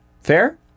Fair